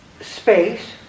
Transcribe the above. space